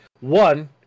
one